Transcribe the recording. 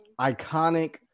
iconic